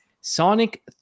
Sonic